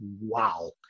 wow